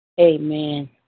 Amen